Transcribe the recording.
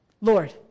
Lord